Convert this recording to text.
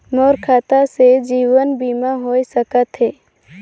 मोर खाता से जीवन बीमा होए सकथे?